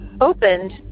opened